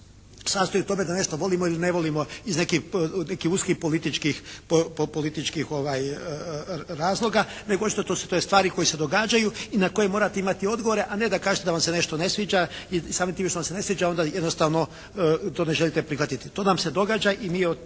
sastoji u tome da nešto volimo ili ne volimo iz nekih uskih političkih razloga. Nego očito to su stvari koje se događaju i na koje morate imate odgovore, a ne da kažete da vam se nešto ne sviđa. I samim time što vam se ne sviđa onda jednostavno to ne želite prihvatiti. To nam se događa i mi od